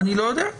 אני לא יודע.